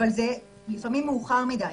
אבל לפעמים זה מאוחר מדי.